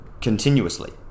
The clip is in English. continuously